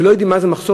שלא ידעו מה זה מחסור,